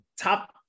top